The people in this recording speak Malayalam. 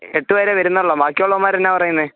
എട്ടു പേരെ വരുന്നുള്ളോ ബാക്കിയുള്ളവന്മാർ എന്താ പറയുന്നത്